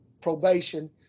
probation